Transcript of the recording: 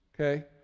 okay